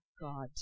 God